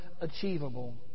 achievable